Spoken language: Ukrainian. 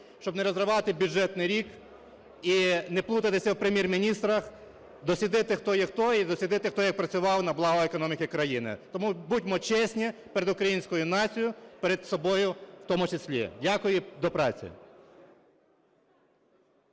щоб не розривати бюджетний рік і не плутатися в прем'єр-міністрах, дослідити, хто є хто, і дослідити, хто як працював на благо економіки України. Тому будьмо чесні перед українською нацією, перед собою в тому числі. Дякую. До праці.